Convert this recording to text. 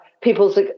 people's